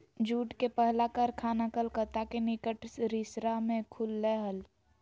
jute के पहला कारखाना कलकत्ता के निकट रिसरा में खुल लय हल